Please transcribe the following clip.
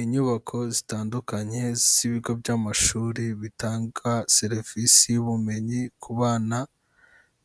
Inyubako zitandukanye z'ibigo by'amashuri bitanga serivisi y'ubumenyi ku bana